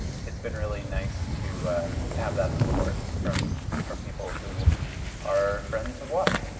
it's been really nice to to have that support from from people who are friends of wots,